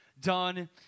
done